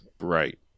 right